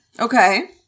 Okay